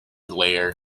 layer